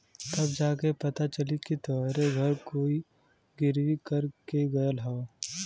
तब जा के पता चली कि तोहरे घर कोई गिर्वी कर के गयल हौ